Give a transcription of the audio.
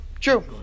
True